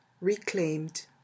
reclaimed